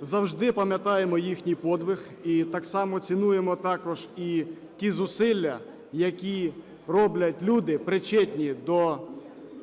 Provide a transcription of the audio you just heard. завжди пам'ятаємо їхній подвиг. І так само цінуємо також і ті зусилля, які роблять люди, причетні до